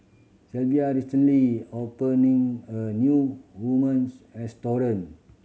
Sylvia recently opening a new restaurant